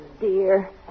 dear